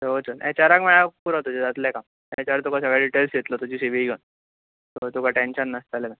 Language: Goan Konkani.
एच आराक मेळल्यार पुरो जातले तुजे काम एच आर तुका सगळे डिटेल्स दितलो तुजी सि वी घेवन सो तुका टेंशन नासतले